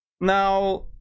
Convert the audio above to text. Now